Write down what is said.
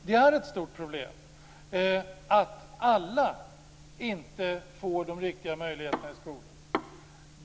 Det är ett stort problem att inte alla får de riktiga möjligheterna i skolan.